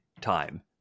time